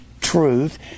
truth